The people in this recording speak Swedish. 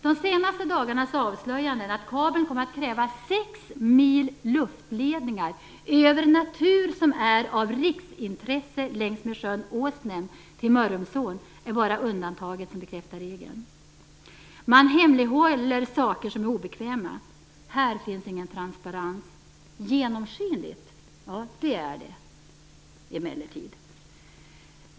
De senaste dagarnas avslöjanden, att kabeln kommer att kräva sex mil luftledningar över natur som är av riksintresse utmed sjön Åsnen till Mörrumsån är bara undantaget som bekräftar regeln. Man hemlighåller sådant som är obekvämt. Här finns ingen transparens. Genomskinligt? Ja, det är det emellertid.